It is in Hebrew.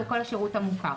וכל השירות המוכר.